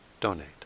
donate